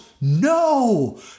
no